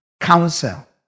counsel